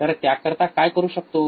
तर त्याकरिता काय करू शकतो